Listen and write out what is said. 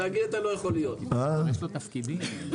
יש לו תפקידים.